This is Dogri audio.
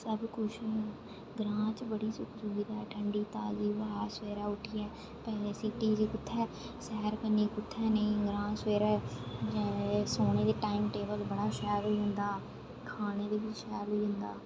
सब कुछ ग्रां च बड़ी सुख सुविधा ऐ ठंड़ी ताजी ब्हा सबेरे उठ्ठिये पैह्लें सिटी च कुत्थै सैर करनी कुत्थै नेही ग्रां च सबेरे सोने दा टाइम टेबल बड़ा शैल होई जंदा खाना दा बी शैल होई जंदा